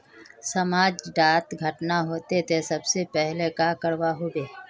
समाज डात घटना होते ते सबसे पहले का करवा होबे?